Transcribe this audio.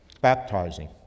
baptizing